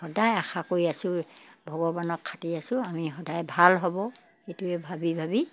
সদায় আশা কৰি আছোঁ ভগৱানক খাটি আছোঁ আমি সদায় ভাল হ'ব সেইটোৱে ভাবি ভাবি